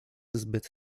zbyt